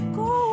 go